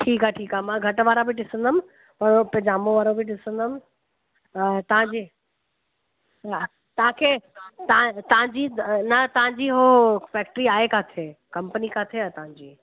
ठीकु आहे ठीकु आहे मां घटि वारा बि ॾिसंदमि पजामो वारो बि ॾिसंदमि तव्हांजी हा तव्हांखे तां तव्हांजी न तव्हांजी उहो फैक्ट्री आहे किथे कंपनी किथे आहे तव्हांजी